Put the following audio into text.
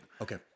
Okay